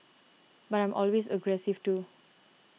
but I'm always aggressive too